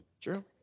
True